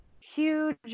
huge